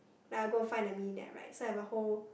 then I'll go find the meaning that I write so I have a whole